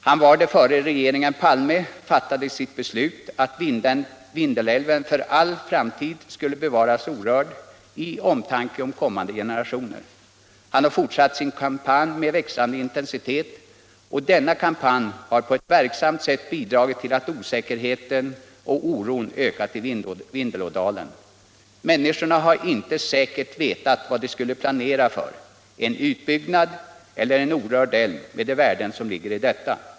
Han var det innan regeringen Palme fattade sitt beslut om att Vindelälven för alltid skulle bevaras orörd i omtanke om kommande generationer. Han har fortsatt sin kampanj med växlande intensitet, och denna kampanj har på ett verksamt sätt bidragit till att osäkerheten och oron i Vindelådalen ökat. Människorna har inte säkert vetat vad de skulle planera för: en utbyggnad eller en orörd älv med de värden som ligger i detta.